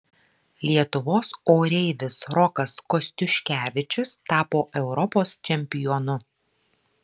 lietuvos oreivis rokas kostiuškevičius tapo europos čempionu